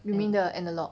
you mean the analogue